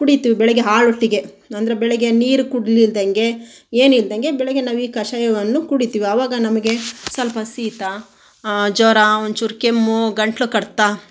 ಕುಡಿತೀವಿ ಬೆಳಿಗ್ಗೆ ಹಾಳೊಟ್ಟೆಗೆ ಅಂದರೆ ಬೆಳಿಗ್ಗೆ ನೀರು ಕುಡ್ಲಿಲ್ದಂಗೆ ಏನಿಲ್ದಂಗೆ ಬೆಳಿಗ್ಗೆ ನಾವು ಈ ಕಷಾಯವನ್ನು ಕುಡಿತೀವಿ ಆವಾಗ ನಮಗೆ ಸ್ವಲ್ಪ ಶೀತ ಜ್ವರ ಒಂಚೂರು ಕೆಮ್ಮು ಗಂಟಲು ಕಡಿತ